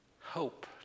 hope